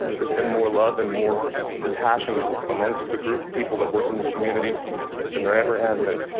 there's been more love and more compassion amongst the group of people that work in this community than there ever has been.